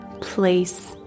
place